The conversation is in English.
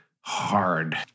hard